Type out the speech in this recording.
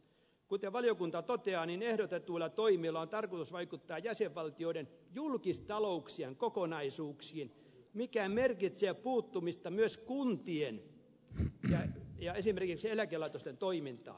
kuten valiokunta toteaa niin ehdotetuilla toimilla on tarkoitus vaikuttaa jäsenvaltioiden julkistalouksien kokonaisuuksiin mikä merkitsee puuttumista myös kuntien ja esimerkiksi eläkelaitosten toimintaan